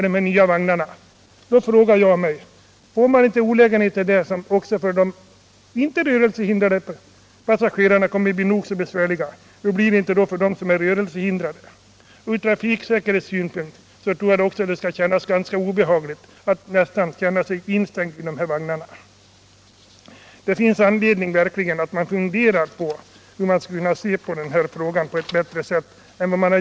De nya vagnarna skall alltså dessutom bara ha en ingång. Redan för de icke rörelsehindrade passagerarna kommer det härigenom att uppstå stora besvärligheter. Hur skall det då inte bli för de rörelsehindrade? Ur — oo oo = trafiksäkerhetssynpunkt tror jag också att det kommer att bli ganska Om åtgärder för att obehagligt att känna sig nästan instängd i de här vagnarna. Det finns verkligen anledning att fundera över hur man skulle kunna lösa denna fråga på ett bättre sätt.